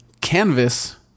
canvas